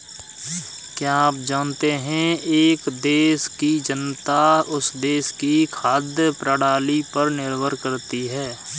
क्या आप जानते है एक देश की जनता उस देश की खाद्य प्रणाली पर निर्भर करती है?